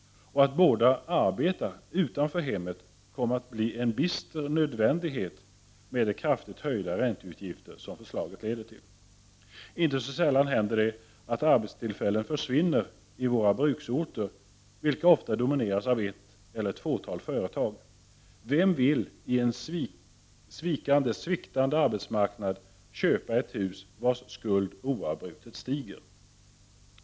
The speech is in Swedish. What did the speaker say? Att båda arbetar utanför hemmet kommer att bli en bister nödvändighet med de kraftigt höjda ränteutgifter som förslaget leder till. Inte så sällan händer det att arbetstillfällen försvinner i våra bruksorter, vilka ofta domineras av ett eller ett fåtal företag. Vem vill i en situation med sviktande arbetsmarknad köpa ett hus vars skuld oavbrutet stiger?